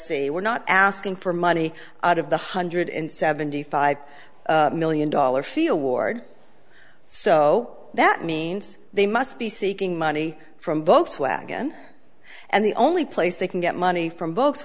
a we're not asking for money out of the hundred and seventy five million dollars fee award so that means they must be seeking money from votes wagon and the only place they can get money from